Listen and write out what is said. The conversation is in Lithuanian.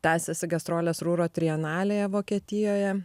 tęsiasi gastrolės rūro trienalėje vokietijoje